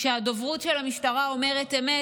כשהדוברות של המשטרה אומרת אמת,